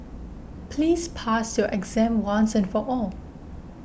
please pass your exam once and for all